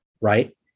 right